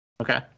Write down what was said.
Okay